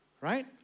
right